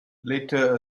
later